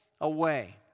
away